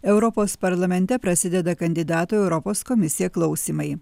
europos parlamente prasideda kandidatų į europos komisiją klausymai